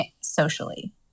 socially